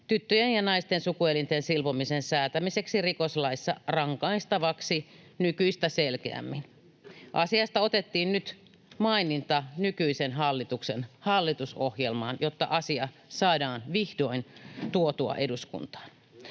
tyttöjen ja naisten sukuelinten silpomisen säätämiseksi rikoslaissa rangaistavaksi nykyistä selkeämmin. Asiasta otettiin nyt maininta nykyisen hallituksen hallitusohjelmaan, jotta asia saadaan vihdoin tuotua eduskuntaan.